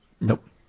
Nope